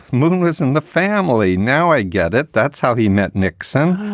moonglows in the family. now i get it. that's how he met nixon.